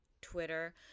Twitter